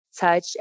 touch